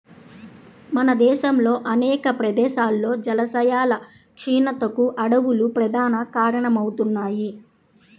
మన దేశంలో అనేక ప్రదేశాల్లో జలాశయాల క్షీణతకు అడవులు ప్రధాన కారణమవుతున్నాయి